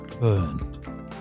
burned